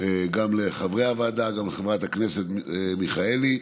גם לחברי הוועדה, גם לחברת הכנסת מיכאלי,